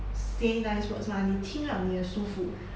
say nice words mah 你听 liao 你也舒服